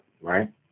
right